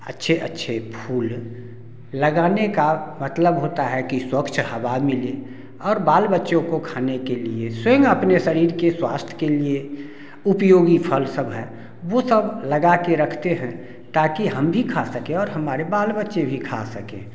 अच्छे अच्छे फूल लगाने का मतलब होता है कि स्वच्छ हवा मिले और बाल बच्चों को खाने के लिए स्वयं अपने शरीर के स्वास्थ के लिए उपयोगी फल सब है वो सब लगा के रखते हैं ताकि हम भी खा सकें और हमारे बाल बच्चे भी खा सकें